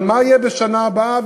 אבל מה יהיה בשנה הבאה,